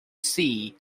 sea